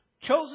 chosen